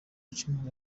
icumu